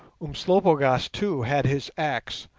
umslopogaas, too, had his axe,